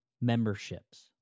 memberships